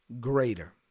Greater